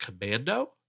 Commando